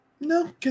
No